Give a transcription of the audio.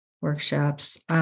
workshops